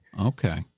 Okay